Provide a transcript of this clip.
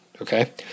okay